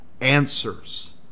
answers